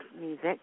music